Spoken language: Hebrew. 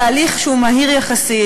בהליך שהוא מהיר יחסית,